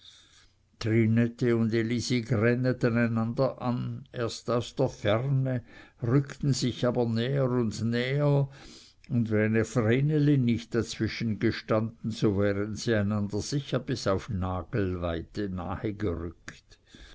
einander an erst aus der ferne rückten sich aber näher und näher und wäre vreneli nicht dazwischen gestanden so wären sie einander sicher bis auf nagelweite nahegerückt